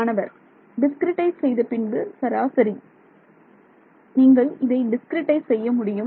மாணவர் டிஸ்கிரிட்டைஸ் செய்த பின்பு சராசரி நீங்கள் இதை டிஸ்கிரிட்டைஸ் செய்ய முடியும்